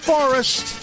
Forest